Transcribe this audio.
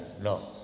no